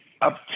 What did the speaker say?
up